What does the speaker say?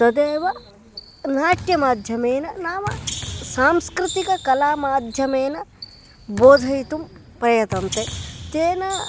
तदेव नाट्यमाध्यमेन नाम सांस्कृतिक कला माध्यमेन बोधयितुं प्रयतन्ते तेन